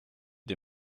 des